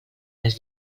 les